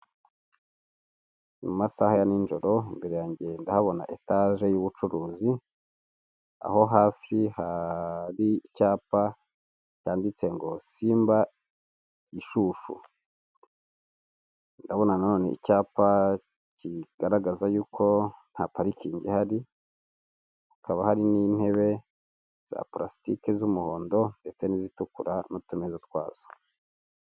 Mu masaha ya nijoro mbere yanjye ndahabona etaje y'ubucuruzi, aho hasi hari icyapa cyanditse ngo Simba Gishushu, ndabona na none icyapa kigaragaza y'uko nta parikingi ihari, hakaba hari n'intebe za parasitiki z'umuhondo ndetse n'izitukura n'utu meza twazo.